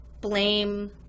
blame